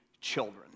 children